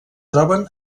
troben